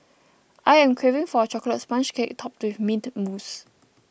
I am craving for a Chocolate Sponge Cake Topped with Mint Mousse